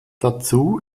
dazu